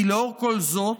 כי לאור כל זאת,